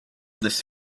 this